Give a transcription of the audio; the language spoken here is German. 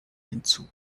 hinzu